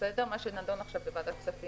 ועל מה שנדון עכשיו בוועדת כספים.